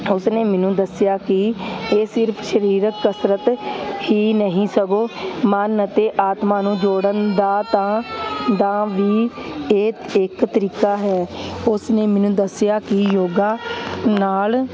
ਉਸਨੇ ਮੈਨੂੰ ਦੱਸਿਆ ਕਿ ਇਹ ਸਿਰਫ਼ ਸ਼ਰੀਰਕ ਕਸਰਤ ਹੀ ਨਹੀਂ ਸਗੋਂ ਮਨ ਅਤੇ ਆਤਮਾ ਨੂੰ ਜੋੜਨ ਦਾ ਤਾਂ ਦਾ ਵੀ ਇਹ ਇੱਕ ਤਰੀਕਾ ਹੈ ਉਸਨੇ ਮੈਨੂੰ ਦੱਸਿਆ ਕਿ ਯੋਗਾ ਨਾਲ